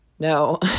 No